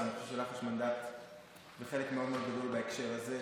ואני חושב שלך יש מנדט וחלק מאוד מאוד גדול בהקשר הזה,